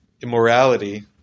immorality